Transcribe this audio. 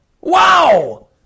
wow